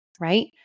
right